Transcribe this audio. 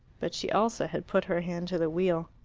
but she also had put her hand to the wheel.